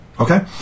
okay